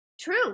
True